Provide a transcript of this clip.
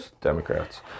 Democrats